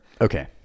Okay